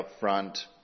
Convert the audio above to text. upfront